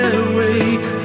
awake